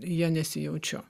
ja nesijaučiu